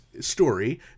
story